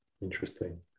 Interesting